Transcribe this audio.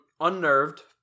unnerved